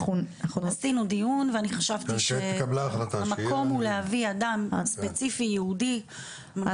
אנחנו עשינו דיון וחשבתי שהמקום הוא להביא אדם ספציפי ויעודי.